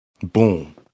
Boom